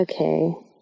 Okay